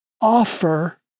Offer